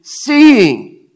seeing